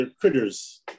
critters